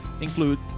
include